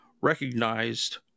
recognized